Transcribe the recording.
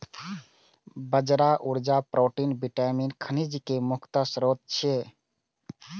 बाजरा ऊर्जा, protein, vitamin, खनिज के मुख्य स्रोत छियै